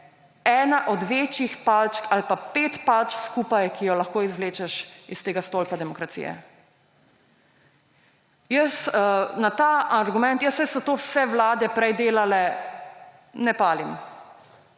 ena od večjih palčk ali pa pet palčk skupaj, ki jo lahko izvlečeš iz tega stolpa demokracije. Jaz na ta argument – ja, saj so to vse vlade prej delale – ne palim.